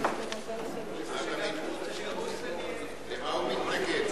למה הוא מתנגד?